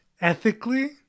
Ethically